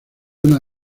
una